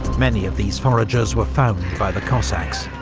many of these foragers were found by the cossacks,